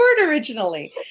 originally